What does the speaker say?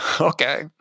okay